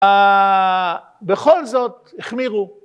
אה...בכל זאת החמירו